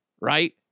Right